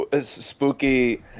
spooky